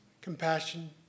compassion